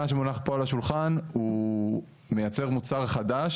מה שמונח פה על השולחן הוא מייצר מוצר חדש